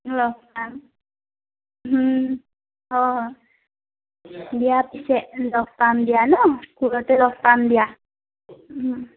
লগ পাম অঁ দিয়া পিছে লগ পাম দিয়া ন স্কুলতে লগ পাম দিয়া